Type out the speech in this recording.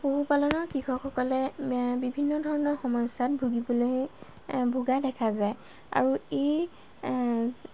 পশুপালনৰ কৃষকসকলে বিভিন্ন ধৰণৰ সমস্যাত ভুগিবলৈ ভোগা দেখা যায় আৰু ই